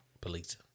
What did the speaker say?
Police